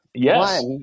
Yes